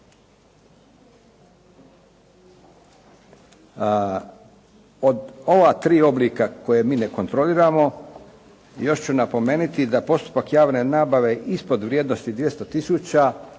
Od ova tri oblika koje mi ne kontroliramo još ću napomenuti da postupak javne nabave ispod vrijednosti 200